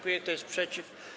Kto jest przeciw?